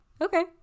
Okay